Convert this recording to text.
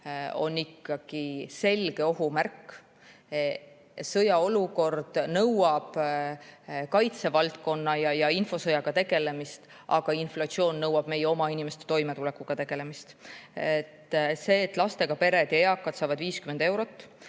on ikkagi selge ohumärk. Sõjaolukord nõuab kaitsevaldkonna ja infosõjaga tegelemist, aga inflatsioon nõuab meie oma inimeste toimetulekuga tegelemist. See, et lastega pered ja eakad saavad 50 eurot